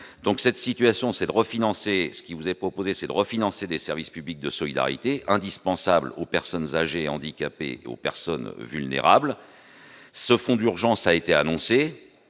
donc cette situation, c'est de refinancer ce qui vous est proposé, c'est de refinancer des services publics de solidarité indispensable aux personnes âgées handicapées et aux personnes vulnérables ce fonds d'urgence a été annoncée,